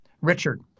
richard